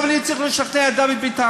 עכשיו אני צריך לשכנע את דוד ביטן.